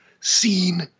seen